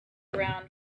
around